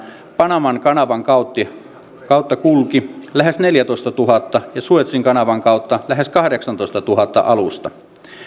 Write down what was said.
panaman kanavan kautta kulki lähes neljätoistatuhatta ja suezin kanavan kautta lähes kahdeksantoistatuhatta alusta